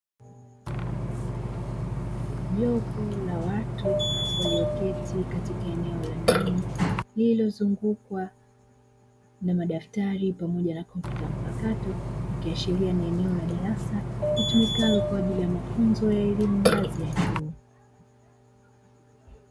Jopo la watu walioketi katka eneo la ndani lililozungukwa na madaftari pamoja na kompyuta mpakato, ikiashiria ni eneo la darasa litumikalo kwa ajili ya mafunzo ya elimu ngazi ya chuo.